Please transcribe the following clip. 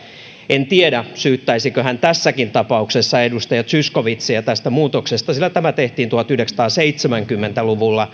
en tiedä syyttäisikö hän tässäkin tapauksessa edustaja zyskowiczia tästä muutoksesta sillä tämä tehtiin tuhatyhdeksänsataaseitsemänkymmentä luvulla kun